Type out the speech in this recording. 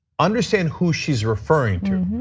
understand who she's referring to.